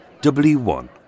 W1